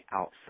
outside